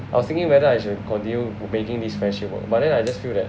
I was thinking whether I should continue making this friendship work but then I just feel that